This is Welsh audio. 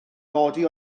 godi